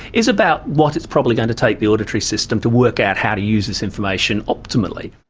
is about what it's probably going to take the auditory system to work out how to use this information optimally.